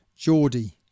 Geordie